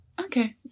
Okay